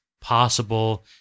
possible